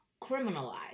criminalized